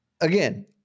Again